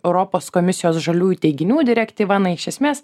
europos komisijos žaliųjų teiginių direktyva na iš esmės